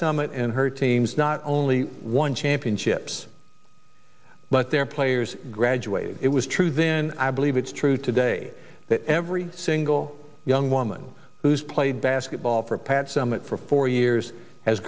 summitt and her teams not only one championships but their players graduated it was true then i believe it's true today that every single young woman who's played basketball for pat summitt for four years has